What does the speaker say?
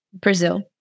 Brazil